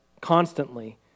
constantly